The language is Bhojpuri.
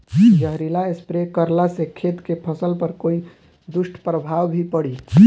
जहरीला स्प्रे करला से खेत के फसल पर कोई दुष्प्रभाव भी पड़ी?